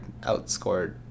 outscored